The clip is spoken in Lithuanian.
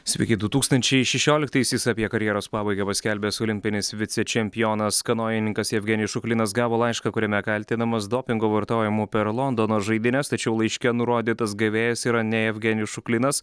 sveiki du tūkstančiai šešioliktaisiais apie karjeros pabaigą paskelbęs olimpinis vicečempionas kanojininkas jevgenijus šuklinas gavo laišką kuriame kaltinamas dopingo vartojimu per londono žaidynes tačiau laiške nurodytas gavėjas yra ne jevgenijus šuklinas